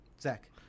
Zach